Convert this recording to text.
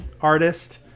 artist